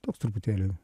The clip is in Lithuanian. toks truputėlį